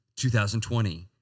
2020